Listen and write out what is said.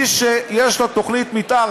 מי שיש לו תוכנית מתאר,